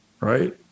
Right